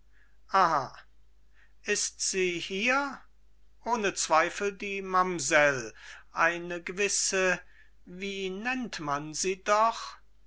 ist sie hier ohne zweifel die mamsell eine gewisse wie nennt man sie doch